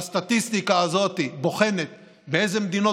והסטטיסטיקה הזאת בוחנת באילו מדינות